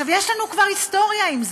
יש לנו כבר היסטוריה עם זה.